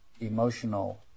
emotional